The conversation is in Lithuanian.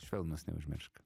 švelnūs neužmiršk